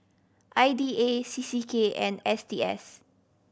I D A C C K and S T S